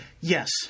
Yes